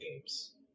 games